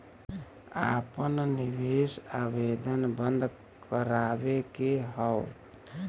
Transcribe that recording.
आपन निवेश आवेदन बन्द करावे के हौ?